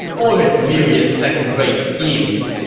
or his myriad second-rate schemes.